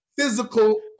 physical